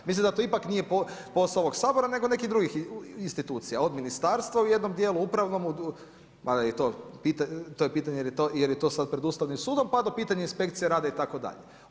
Mislim da to ipak nije posao ovog Sabora nego nekih drugih institucija, od ministarstva u jednom dijelu upravnom mada je i to pitanje, jer je to sad pred Ustavnim sudom, pa do pitanja Inspekcije rada itd.